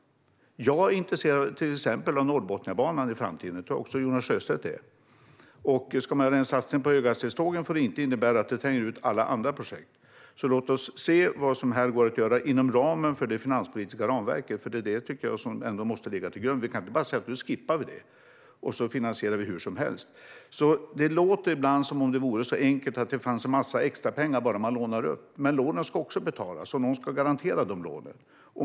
Jag är till exempel intresserad av Norrbotniabanan i framtiden. Det tror jag också att Jonas Sjöstedt är. Ska man göra en satsning på höghastighetstågen får det inte innebära att det tränger ut alla andra projekt. Låt oss se vad som går att göra här inom ramen för det finanspolitiska ramverket. Det måste ändå ligga till grund. Vi kan inte bara säga: Nu skippar vi det, och så finansierar vi hur som helst. Det låter ibland som att det vore så enkelt att det fanns en massa extrapengar bara man lånar upp. Men lånen ska också betalas, och någon ska garantera de lånen.